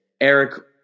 Eric